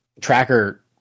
Tracker